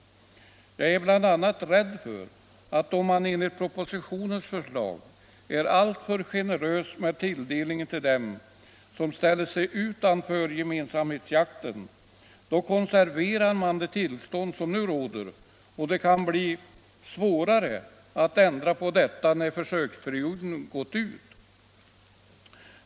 Jag är bl.a. rädd för att om man -— enligt propositionens förslag — är alltför generös med tilldelningen till dem som ställer sig utanför gemensamhetsjakten, då konserverar man det tillstånd som nu råder, och det kan bli svårare att ändra på detta när försöksperioden gått ut.